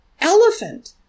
elephant